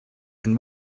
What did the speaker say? and